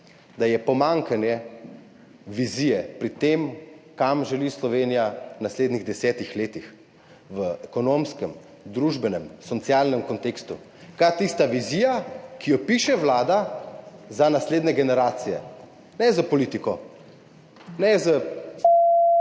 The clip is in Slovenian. da je pomanjkanje vizije pri tem, kam želi Slovenija v naslednjih desetih letih v ekonomskem, družbenem, socialnem kontekstu. Kaj je tista vizija, ki jo piše vlada za naslednje generacije, ne za politiko, ne za